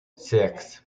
six